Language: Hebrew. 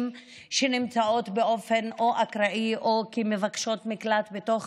שנמצאות באופן אקראי או כמבקשות מקלט בתוך